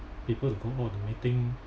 people to go all the meeting